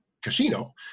casino